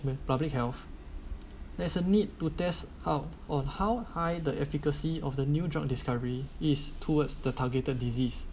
with public health there's a need to test how on how high the efficacy of the new drug discovery is towards the targeted disease